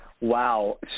Wow